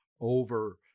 over